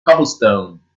cobblestone